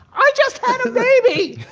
i just maybe